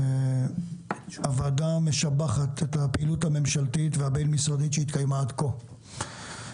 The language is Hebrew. הוועדה משבחת את הפעילות הממשלתית והבין-משרדית שהתקיימה עד כה.